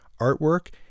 artwork